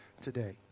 today